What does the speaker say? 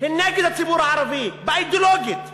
הן נגד הציבור הערבי, אידיאולוגית.